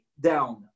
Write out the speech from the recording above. down